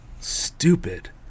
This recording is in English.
Stupid